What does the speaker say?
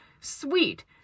sweet